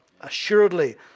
Assuredly